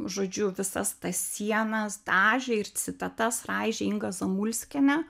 žodžiu visas tas sienas dažė ir citatas raižė inga zamulskienė